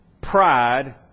pride